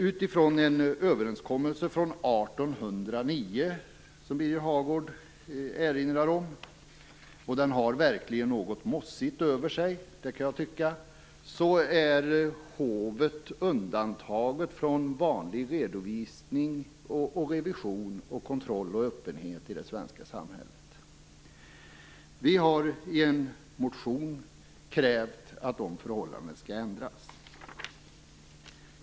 Utifrån en överenskommelse från 1809, som Birger Hagård erinrar om, och den har verkligen något mossigt över sig, är hovet undantaget från vanlig redovisning, revision, kontroll och öppenhet i det svenska samhället. Vi har i en motion krävt att det förhållandet skall ändras.